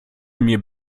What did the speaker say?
mir